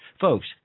Folks